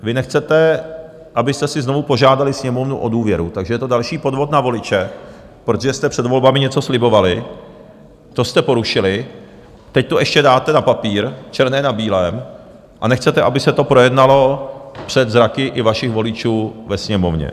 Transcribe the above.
Vy nechcete, abyste si znovu požádali Sněmovnu o důvěru, takže je to další podvod na voliče, protože jste před volbami něco slibovali, to jste porušili, teď to ještě dáte na papír černé na bílém a nechcete, aby se to projednalo před zraky i vašich voličů ve Sněmovně.